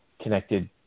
connected